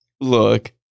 look